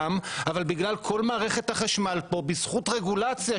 אלא בגלל כל מערכת החשמל פה; בזכות רגולציה,